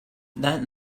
that